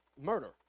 murder